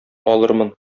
алырмын